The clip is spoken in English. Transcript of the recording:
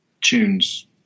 tunes